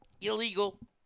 Illegal